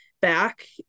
back